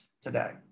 today